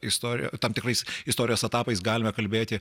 istorija tam tikrais istorijos etapais galime kalbėti